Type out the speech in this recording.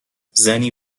زنی